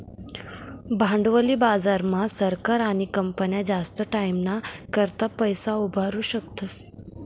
भांडवली बाजार मा सरकार आणि कंपन्या जास्त टाईमना करता पैसा उभारु शकतस